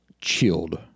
chilled